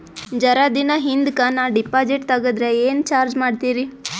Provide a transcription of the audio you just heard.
ಜರ ದಿನ ಹಿಂದಕ ನಾ ಡಿಪಾಜಿಟ್ ತಗದ್ರ ಏನ ಚಾರ್ಜ ಮಾಡ್ತೀರಿ?